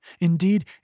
Indeed